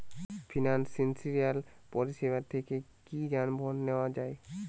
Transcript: Financial পরিসেবা থেকে কি যানবাহন নেওয়া যায়?